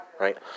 right